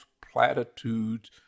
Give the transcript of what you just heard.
platitudes